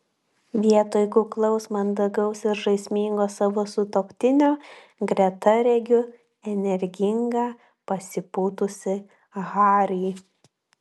vietoj kuklaus mandagaus ir žaismingo savo sutuoktinio greta regiu energingą pasipūtusį harį